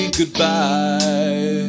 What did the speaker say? goodbye